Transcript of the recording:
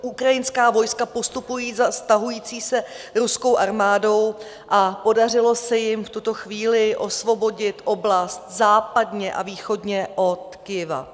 Ukrajinská vojska postupují za stahující se ruskou armádou a podařilo se jim v tuto chvíli osvobodit oblast západně a východně od Kyjeva.